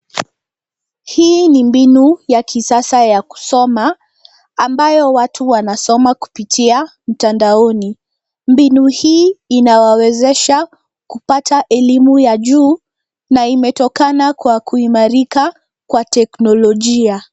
Hii ni mbinu ya kisasa ya kusoma, ambayo watu wanasoma kupitia mtandaoni. Mbinu hii inawawezesha kupata elimu ya juu na imetokana na kuimarika kwa teknolojia.